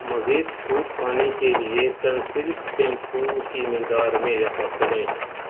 مزید چھوٹ پانے کے لیے سنسلک شیمپو کی مقدار میں اضافہ کریں